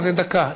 זה דקה.